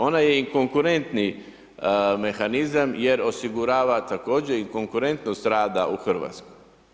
Ona je i konkurentni mehanizam jer osigurava također i konkurentnost rada u Hrvatskoj.